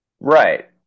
Right